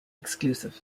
exclusive